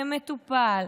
במטופל,